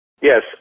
Yes